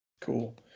Cool